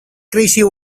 crazy